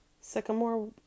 sycamore